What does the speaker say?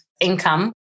income